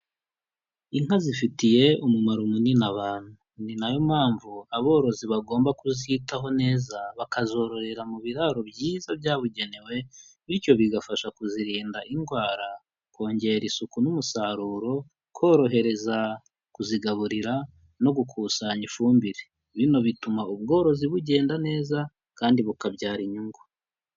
Inka zifitiye umumaro munini abantu, ni nayo mpamvu aborozi bagomba kuzitaho neza, bakazororera mu biraro byiza byabugenewe, bityo bigafasha kuzirinda indwara kongera isuku n'umusaruro, korohereza kuzigaburira no gukusanya ifumbire. Bino bituma ubworozi bugenda neza, kandi bukabyara inyungu.